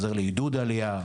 עוזר לעידוד עלייה,